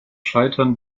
scheitern